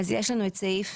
יש לנו את סעיף